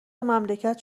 مملکت